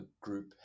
group